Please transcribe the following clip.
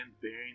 bearing